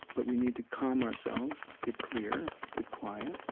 but we need to calm ourselves, get clear, get quiet,